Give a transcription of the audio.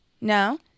no